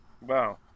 Wow